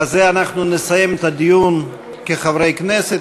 בזה אנחנו נסיים את הדיון כחברי כנסת.